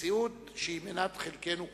מציאות שהיא מנת חלקנו כולנו.